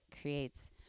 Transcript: creates